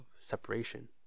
separation